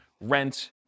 rent